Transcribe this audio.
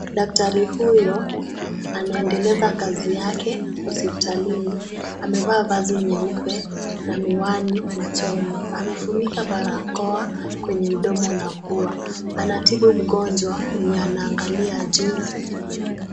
Daktari huyo anaendeleza kazi yake hospitalini. Amevaa vazi nyeupe na miwani machoni. Amefunika barakoa kwenye mdomo na pua. Anatibu mgonjwa mwenye anaangalia juu.